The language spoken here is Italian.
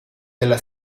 della